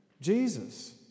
Jesus